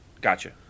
Gotcha